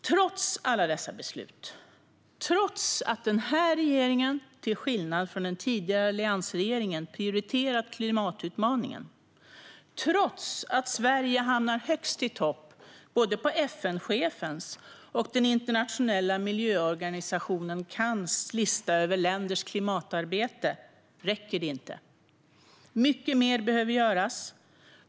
Trots alla dessa beslut, trots att den här regeringen, till skillnad från den tidigare alliansregeringen, prioriterat klimatutmaningen och trots att Sverige hamnar högst i topp på både FN-chefens och den internationella miljöorganisationen CAN:s listor över länders klimatarbete räcker det inte. Mycket mer behöver göras.